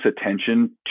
attention